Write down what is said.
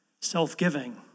self-giving